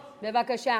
רפש?